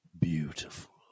Beautiful